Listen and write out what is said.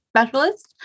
Specialist